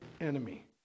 enemy